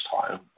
time